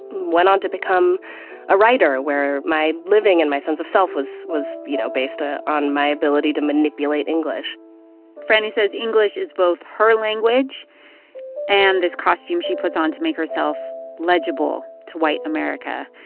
went on to become a writer, where my living and my sense of self was, you know, based ah on my ability to manipulate english franny says english is both her language and this costume she puts on to make herself legible to white america.